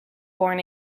born